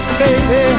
baby